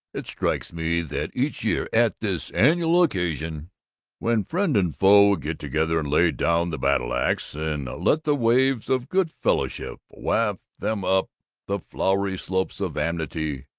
it strikes me that each year at this annual occasion when friend and foe get together and lay down the battle-ax and let the waves of good-fellowship waft them up the flowery slopes of amity,